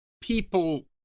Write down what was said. people